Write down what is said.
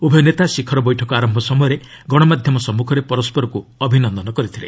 ଉଭୟ ନେତା ଶିଖର ବୈଠକ ଆରମ୍ଭ ସମୟରେ ଗଣମାଧ୍ୟମ ସମ୍ମୁଖରେ ପରସ୍କରକୁ ଅଭିନନ୍ଦନ କରିଥିଲେ